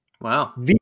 Wow